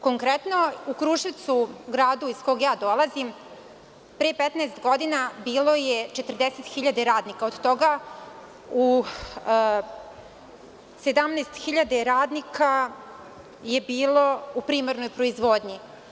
Konkretno u Kruševcu, gradu iz kog dolazim pre 15 godina bilo je 40.000 radnika, od toga 17.000 radnika je bilo u primarnoj proizvodnji.